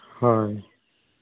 ᱦᱳᱭ